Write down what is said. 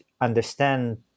understand